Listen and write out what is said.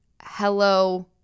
Hello